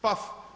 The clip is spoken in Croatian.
Paf.